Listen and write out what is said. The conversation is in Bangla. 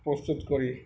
প্রস্তুত করি